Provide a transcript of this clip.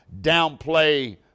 downplay